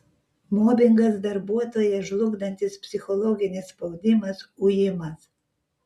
mobingas darbuotoją žlugdantis psichologinis spaudimas ujimas